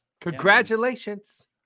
congratulations